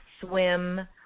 swim